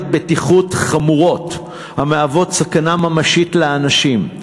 בטיחות חמורות המהוות סכנה ממשית לאנשים.